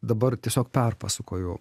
dabar tiesiog perpasakoju